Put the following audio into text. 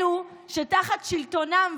אלו שתחת שלטונם,